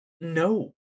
no